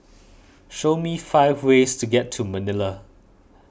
show me five ways to get to Manila